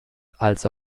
als